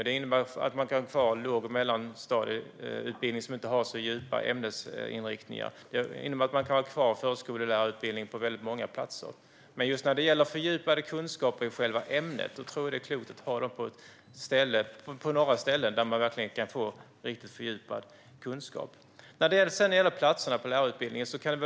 Det innebär att man kan ha kvar låg och mellanstadielärarutbildningen, som inte har så djupa ämnesinriktningar. Det innebär att man kan ha kvar förskollärarutbildningen på väldigt många platser. Men just när det gäller fördjupade kunskaper i själva ämnet tror jag att det är klokt att ge dem på några ställen där studenterna verkligen kan få riktigt fördjupad kunskap. Sedan gäller det platserna på lärarutbildningen.